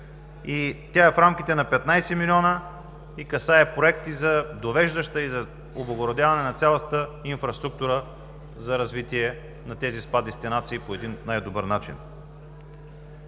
Тя е в рамките на 15 милиона и касае проекти за довеждаща и за облагородяване на цялата инфраструктура за развитие на тези СПА дестинации по един най добър начин.